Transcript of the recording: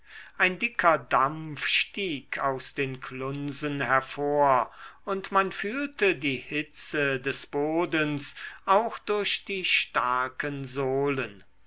ein dicker dampf stieg aus den klunsen hervor und man fühlte die hitze des bodens auch durch die starken sohlen